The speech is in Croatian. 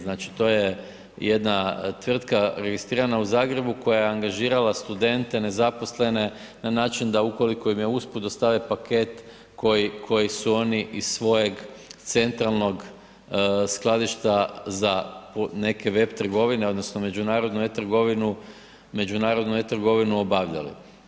Znači to je jedna tvrtka registrirana u Zagrebu koja je angažirala studente, nezaposlene na način da ukoliko im je usput dostave paket koji su oni iz svojeg centralnog skladišta za neke web trgovine odnosno međunarodnu e-trgovinu obavljali.